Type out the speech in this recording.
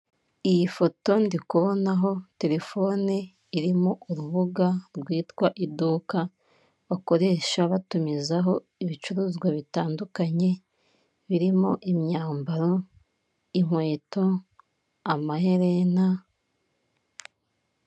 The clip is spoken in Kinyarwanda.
Iyi foto ndi kubonaho terefone irimo urubuga rwitwa iduka bakoresha batumiza ibicuruzwa bitandukanye birimo, imyambaro, inkweto, amaherena.